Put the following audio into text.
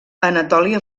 anatòlia